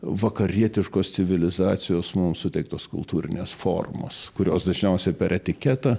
vakarietiškos civilizacijos mums suteiktos kultūrinės formos kurios dažniausiai per etiketą